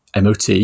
MOT